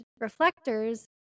reflectors